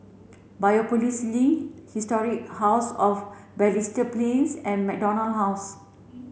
Biopolis Link Historic House of Balestier Plains and MacDonald House